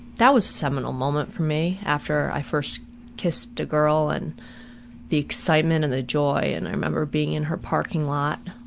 that was a, seminal moment for me, after i first kissed a girl and the excitement and the joy, and i remember being in her parking lot.